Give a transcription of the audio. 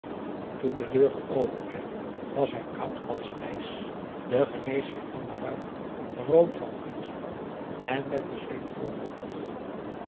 toen de deur geopend werd was hij koud als ijs de geneesheer kwam naar buiten rood van inspanning en met bezweet voorhoofd